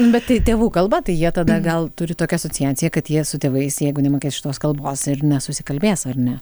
nu bet tai tėvų kalba tai jie tada gal turi tokią asociaciją kad jie su tėvais jeigu nemokės šitos kalbos ir nesusikalbės ar ne